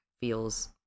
feels